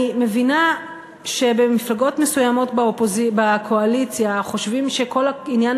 אני מבינה שבמפלגות מסוימות בקואליציה חושבים שכל העניין